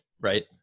Right